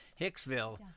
Hicksville